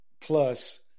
plus